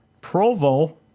Provo